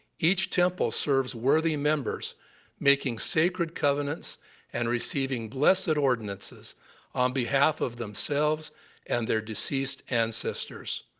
each temple serves worthy members making sacred covenants and receiving blessed ordinances on behalf of themselves and their deceased ancestors.